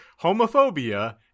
homophobia